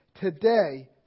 Today